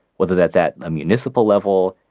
whether that's at a municipal level,